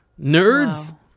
nerds